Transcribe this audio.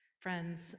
friends